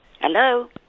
Hello